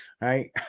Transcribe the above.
Right